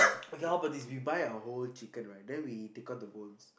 okay how about this we buy a whole chicken right then we take out the bones